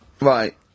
Right